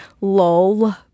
Lol